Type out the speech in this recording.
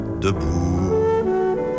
debout